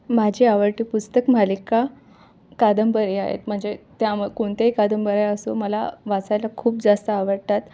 माझी आवडती पुस्तक मालिका कादंबरी आहेत म्हणजे त्यामुळं कोणत्याही कादंबऱ्या असो मला वाचायला खूप जास्त आवडतात